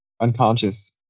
Unconscious